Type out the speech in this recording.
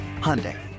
Hyundai